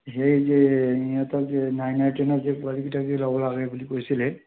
সেই যে সিহঁতক যে নাইন আৰু টেনৰ যে পোৱালিকেইটাক যে ল'ব লাগে বুলি কৈছিলে